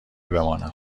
بمانم